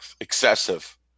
excessive